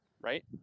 right